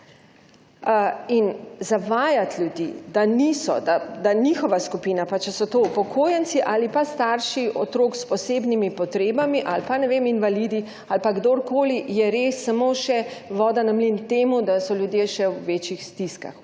In zavajati ljudi, da njihova skupina, pa naj bodo to upokojenci ali pa starši otrok s posebnimi potrebami ali pa invalidi ali pa kdorkoli, je res samo še voda na mlin temu, da so ljudje še v večjih stiskah.